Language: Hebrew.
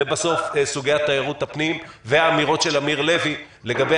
3) סוגיית תיירות הפנים והאמירות של אמיר הלוי לגבי